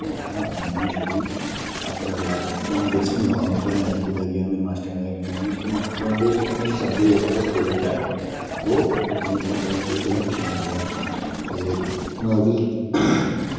उ'नें अपने कशा कमीं निं ऐ छुड़ी दी ते अज्ज अ'ऊं जिस बी मुकाम पर ऐं अपने मास्टरें दी बजह् कन्नै ते जेह्ड़े मास्टर होंदे ओह् हमेशा इ'यै चांह्दे कि जेह्ड़ा साढ़ा स्टूडेंट ऐ ओह् अग्गें निकले पढ़ाई च कदें पिच्छें निं निकले ते हून अस बी